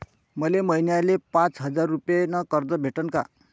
मले महिन्याले पाच हजार रुपयानं कर्ज भेटन का?